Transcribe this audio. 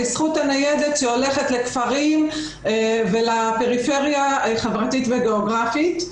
בזכות הניידת שהולכת לכפרים ולפריפריה חברתית וגיאוגרפית.